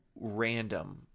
random